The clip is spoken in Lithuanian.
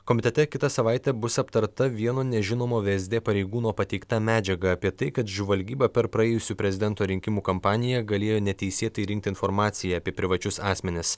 komitete kitą savaitę bus aptarta vieno nežinomo vsd pareigūno pateikta medžiaga apie tai kad žvalgyba per praėjusių prezidento rinkimų kampaniją galėjo neteisėtai rinkti informaciją apie privačius asmenis